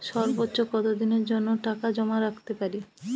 সর্বোচ্চ কত দিনের জন্য টাকা জমা রাখতে পারি?